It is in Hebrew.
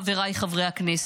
חבריי חברי הכנסת,